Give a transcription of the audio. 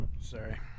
Sorry